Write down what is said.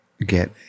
get